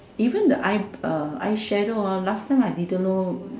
even the eye uh eyeshadow ah last time I didn't know